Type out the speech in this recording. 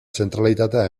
zentralitatea